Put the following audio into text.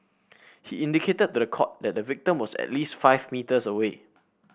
he indicated to the court that the victim was at least five metres away